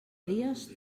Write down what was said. dies